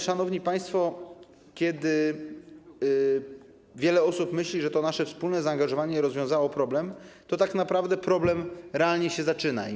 Szanowni państwo, kiedy wiele osób myśli, że nasze wspólne zaangażowanie rozwiązało problem, to tak naprawdę ten problem realnie się zaczyna.